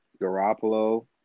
Garoppolo